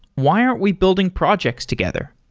why aren't we building projects together?